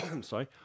sorry